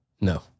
No